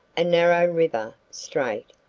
a narrow river, strait,